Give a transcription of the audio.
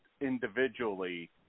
Individually